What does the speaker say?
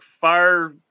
fire